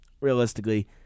realistically